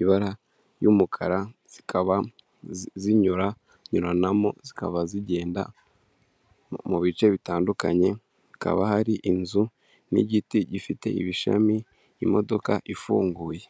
ibara ry'umukara zikaba zinyurayuranamo, zikaba zigenda mu bice bitandukanye, hakaba hari inzu n'igiti gifite ibishami imodoka ifunguye.